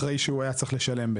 אחרי שהוא היה צריך לשלם.